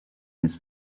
his